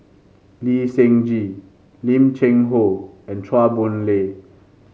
Lee Seng Gee Lim Cheng Hoe and Chua Boon Lay